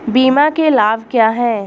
बीमा के लाभ क्या हैं?